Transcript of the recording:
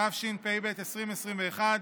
התשפ"ב 2021,